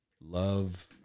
love